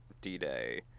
D-Day